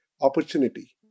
opportunity